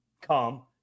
come